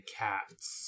cats